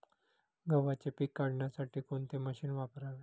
गव्हाचे पीक काढण्यासाठी कोणते मशीन वापरावे?